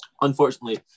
Unfortunately